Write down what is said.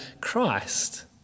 Christ